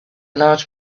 large